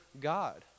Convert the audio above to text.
God